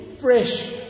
fresh